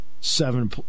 seven